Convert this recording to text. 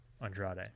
Andrade